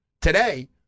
today